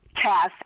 cast